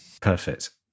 Perfect